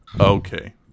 Okay